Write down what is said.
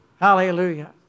Hallelujah